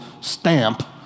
stamp